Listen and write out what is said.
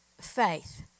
faith